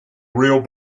real